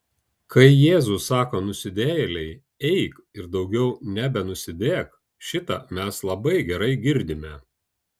kai jėzus sako nusidėjėlei eik ir daugiau nebenusidėk šitą mes labai gerai girdime